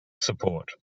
support